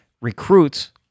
recruits